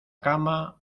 cama